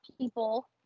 people